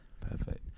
Perfect